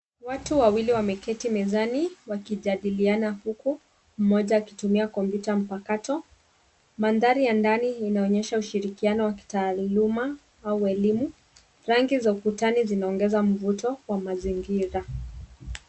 Watu wawili wameketi mezani wakijadiliana huku moja akitumia kompyuta mpakato, madhari ya ndani inaonyesha ushirikiano wa kitaaluma au elimu, rangi za ukutani zinaongeza mvuto wa mazingira.